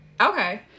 Okay